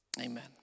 Amen